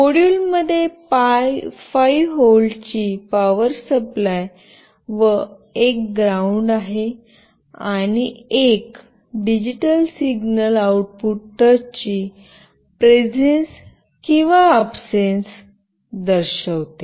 मॉड्यूलमध्ये 5 व्होल्टची power supply व एक ग्राउंड आहे आणि एक डिजिटल सिग्नल आउटपुट टचची प्रेझेन्स किंवा अबसेन्स दर्शवते